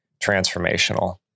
transformational